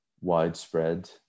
widespread